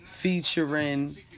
featuring